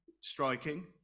striking